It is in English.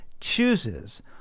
chooses